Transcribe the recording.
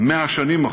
100 שנים אחורה.